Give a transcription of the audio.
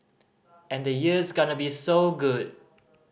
and the year's gonna be so good